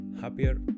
happier